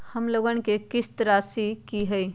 हमर लोन किस्त राशि का हई?